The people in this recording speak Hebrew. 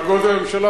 על גודל הממשלה,